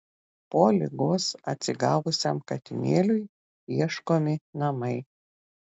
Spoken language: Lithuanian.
po ligos atsigavusiam katinėliui ieškomi namai